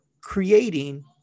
creating